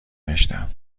گشتم